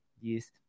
Yes